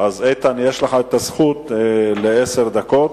חבר הכנסת איתן כבל, יש לך זכות לעשר דקות.